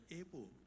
able